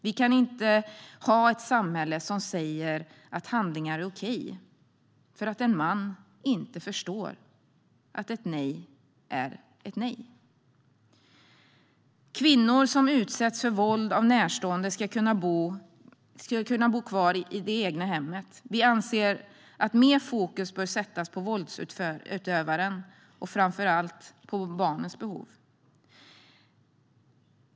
Vi kan inte ha ett samhälle som säger att handlingar är okej för att en man inte förstår att ett nej är ett nej. Kvinnor som utsätts för våld av närstående ska kunna bo kvar i det egna hemmet. Vi anser att mer fokus bör sättas på våldsutövaren och framför allt på barnens behov.